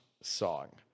song